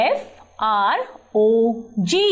frog